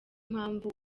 mpamvu